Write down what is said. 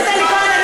חבר הכנסת אלי כהן.